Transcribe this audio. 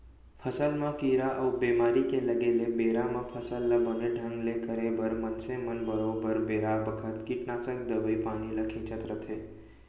फसल म कीरा अउ बेमारी के लगे ले बेरा म फसल ल बने ढंग ले करे बर मनसे मन बरोबर बेरा बखत कीटनासक दवई पानी ल छींचत रथें